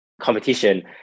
competition